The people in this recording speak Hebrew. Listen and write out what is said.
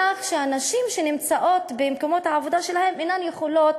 שהנשים שנמצאות במקומות העבודה שלהן אינן יכולות,